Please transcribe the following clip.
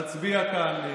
אנחנו מסתדרים.